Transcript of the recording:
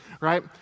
Right